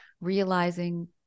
realizing